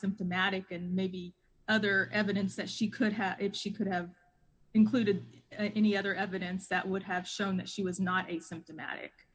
asymptomatic and maybe other evidence that she could have it she could have included any other evidence that would have shown that she was not a symptomatic